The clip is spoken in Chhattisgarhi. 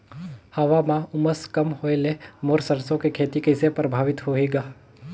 हवा म उमस कम होए ले मोर सरसो के खेती कइसे प्रभावित होही ग?